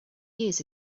years